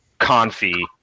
Confi